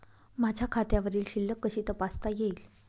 माझ्या खात्यावरील शिल्लक कशी तपासता येईल?